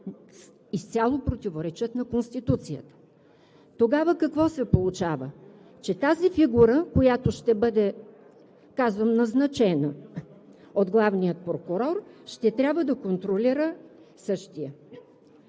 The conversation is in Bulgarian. изцяло противоречат на Конституцията. Тогава какво се получава – че тази фигура, която – казвам, ще бъде назначена от главния прокурор, ще трябва да контролира същия.